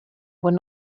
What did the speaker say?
were